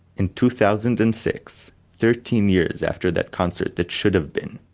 in two thousand and six, thirteen years after that concert that should have been,